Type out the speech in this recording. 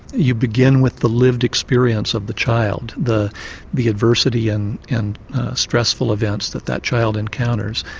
you begin with the lived experience of the child, the the adversity and and stressful events that that child encounters,